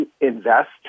invest